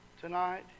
tonight